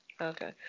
Okay